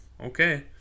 okay